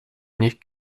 nicht